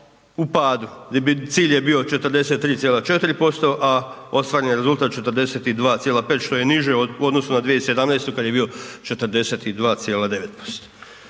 u padu. Cilj je bio 43,4% a ostvaren je rezultat 42,5 što je niže u odnosu na 2017. kad je bio 42,9%.